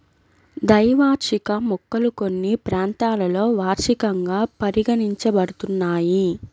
ద్వైవార్షిక మొక్కలు కొన్ని ప్రాంతాలలో వార్షికంగా పరిగణించబడుతున్నాయి